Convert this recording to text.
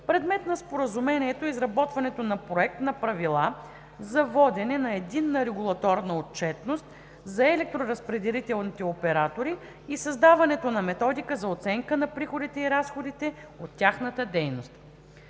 Предмет на Споразумението е изработването на проект на правила за водене на единна регулаторна отчетност за електроразпределителните оператори и създаването на методика за оценка на приходите и разходите от тяхната дейност.